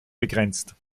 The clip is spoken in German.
begrenzt